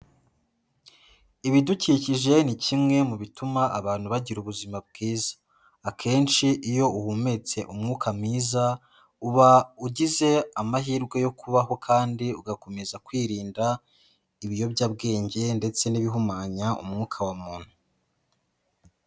Ibidukikije ni kimwe mu bituma abantu bagira ubuzima bwiza. Akenshi iyo uhumetse umwuka mwiza uba ugize amahirwe yo kubaho kandi ugakomeza kwirinda ibiyobyabwenge ndetse n'ibihumanya umwuka wa muntu.